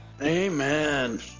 Amen